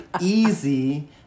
easy